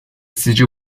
sizce